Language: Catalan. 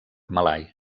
malai